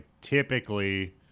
typically